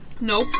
Nope